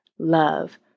Love